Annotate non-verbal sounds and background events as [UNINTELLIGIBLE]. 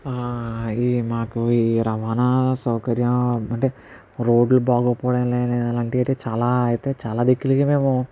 ఈ మాకు ఈ రవాణా సౌకర్యం అంటే రోడ్లు బాలేకపోవడం [UNINTELLIGIBLE] చాలా అయితే చాలా దగ్గర్లకి మేము